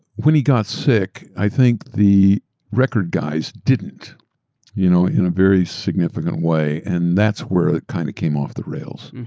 when he got sick, i think the record guys didn't you know in a very significant way and that's where it kind of came off the rails.